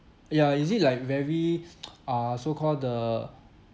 ya is it like very ah so called the